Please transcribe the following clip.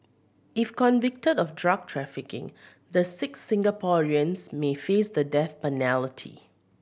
if convicted of drug trafficking the six Singaporeans may face the death